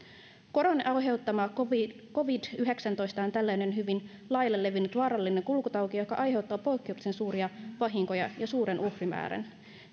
koronan aiheuttama covidmiinus yhdeksäntoista on tällainen hyvin laajalle levinnyt vaarallinen kulkutauti joka aiheuttaa poikkeuksellisen suuria vahinkoja ja suuren uhrimäärän